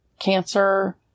Cancer